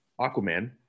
Aquaman